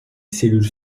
cellules